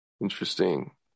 Interesting